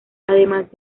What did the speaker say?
además